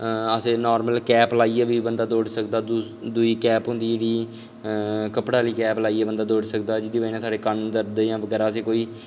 अस नार्मल बंदा कैप लाइयै बी दौड़ी सकदा दुई कैप होंदी जेह्ड़ी कपड़े आह्ली कैप लाइयै बंदा दोड़ी सकदा जेह्दे बजह् कन्नै साढ़े क'न्न दर्द जां बगैरा